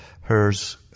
her's